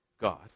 God